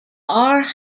are